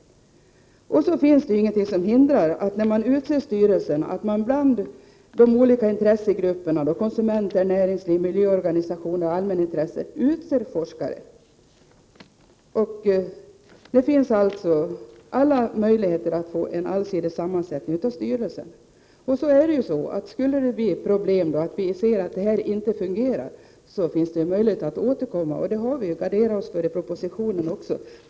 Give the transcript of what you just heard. Det finns inte heller något som hindrar att man, när styrelsen utses, tar med forskare som representanter för de olika intressegrupperna, konsumenter, näringslivet, miljöorganisationer och allmänintresset. Det finns således alla möjligheter att få en allsidig sammansättning av styrelsen. Skulle det sedan bli problem och det hela inte fungerar, finns det möjlighet att återkomma, vilket vi ju också har garderat oss för i propositionen.